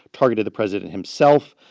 targeted the president himself.